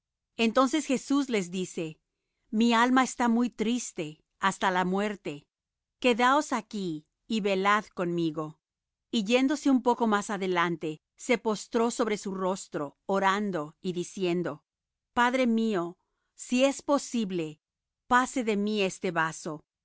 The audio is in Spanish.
entonces jesús les dice mi alma está muy triste hasta la muerte quedaos aquí y velad conmigo y yéndose un poco más adelante se postró sobre su rostro orando y diciendo padre mío si es posible pase de mí este vaso